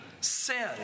sin